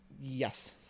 Yes